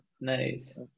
Nice